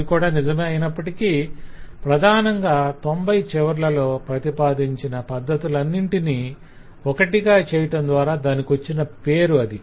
అది కూడా నిజమే అయినప్పటికీ ప్రధానంగా 90 చివర్లలో ప్రతిపాదించిన పద్ధతులన్నింటినీ ఒకటిగా చేయటం ద్వారా దానికొచ్చిన పేరు అది